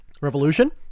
revolution